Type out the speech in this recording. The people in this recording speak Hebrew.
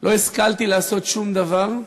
לא השכלתי לעשות שום דבר,